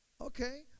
okay